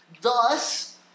Thus